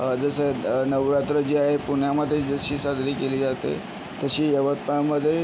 जसं नवरात्र जे आहे पुण्यामध्ये जशी साजरी केली जाते तशी यवतमाळमध्ये